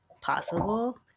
possible